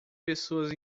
pessoas